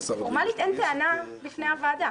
פורמלית אין טענה בפני הוועדה.